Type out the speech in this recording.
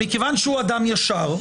מכיוון שהוא אדם ישר,